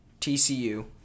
TCU